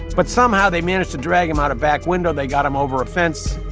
but somehow they managed to drag him out a back window. they got him over a fence.